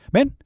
Men